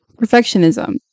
perfectionism